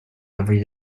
every